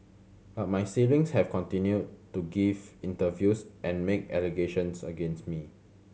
but my siblings have continued to give interviews and make allegations against me